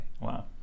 Wow